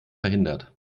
verhindert